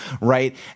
right